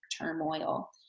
turmoil